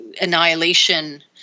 annihilation